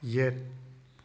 ꯌꯦꯠ